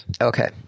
Okay